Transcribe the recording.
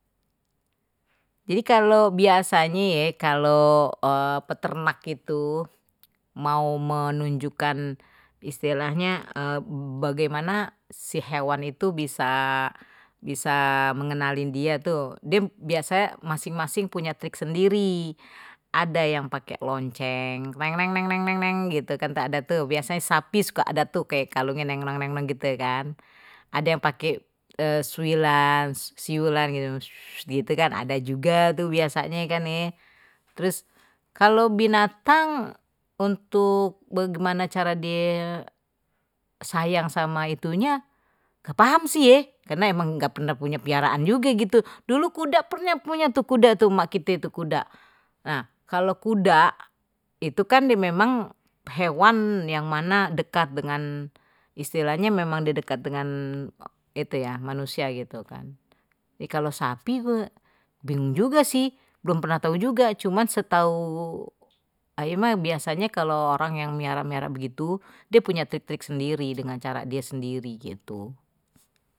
Jadi kalau biasanye ye kalau peternak itu mau menunjukkan istilahnya bagaimana si hewan itu bisa, bisa mengenali dia tuh dia biasanya masingm asing punya trik sendiri ada yang pakai lonceng neng neng neng gitu kan tak ada tuh biasanya sapi suka ada tuh kayak neng neng neng 'kan ada yang pakai swilan swilan gitu kan ada juga tuh biasanya kan nih terus kalau binatang untuk bagaimana cara die sayang sama itunya. engga paham si ye, karena emang engga pernah punya piaraan juga gitu, dulu kuda pernah punya emak kite tuh kuda, nah kalo kuda itu kan dia memang hewan, yang mana dekat dengan, istilahnye emang deket dengan manusia gitu kan, tapi kalo sapi gue bingung juga sih, belum pernah tau juga, cuman setahu aye mah biasanye kalo orang yang miara miara begitu die punya trik trik sendiri dengan cara die gitu.